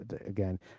again